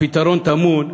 הפתרון טמון,